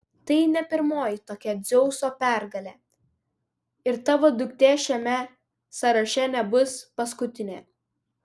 tai ne pirmoji tokia dzeuso pergalė ir tavo duktė šiame sąraše nebus paskutinė